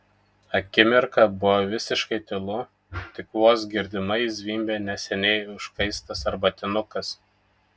akimirką buvo visiškai tylu tik vos girdimai zvimbė neseniai užkaistas arbatinukas